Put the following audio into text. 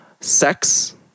Sex